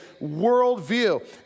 worldview